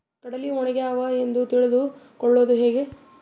ಕಡಲಿ ಒಣಗ್ಯಾವು ಎಂದು ತಿಳಿದು ಕೊಳ್ಳೋದು ಹೇಗೆ?